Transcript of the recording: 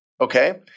okay